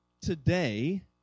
today